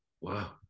wow